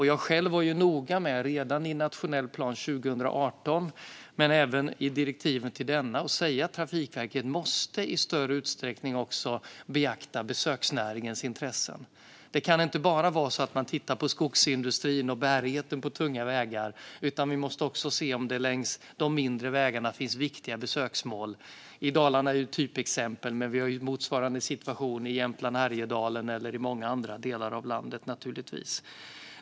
Jag själv var redan i nationell plan 2018 - och även i direktiven till denna - noga med att säga att Trafikverket måste beakta besöksnäringens intressen i större utsträckning. Det kan inte bara vara så att man tittar på skogsindustrin och bärigheten på tunga vägar, utan vi måste också se om det längs de mindre vägarna finns viktiga besöksmål. Dalarna är ju ett typexempel, men vi har naturligtvis en motsvarande situation i Jämtland, Härjedalen och många andra delar av landet.